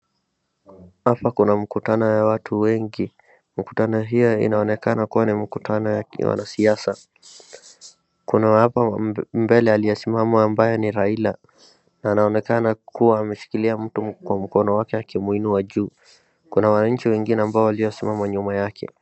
Hapa kuna mkutano ya watu wengi. Mkutano hio inaonekana kuwa ni mkutano ya wanasiasa. Kuna hapo mbele aliyesimama ambaye ni Raila, na anaonekana kuwa ameshikilia mtu kwa mkono wake akimuinua juu. Kuna wananchi wengine ambao waliosimama nyuma yake.